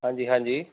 ਹਾਂਜੀ ਹਾਂਜੀ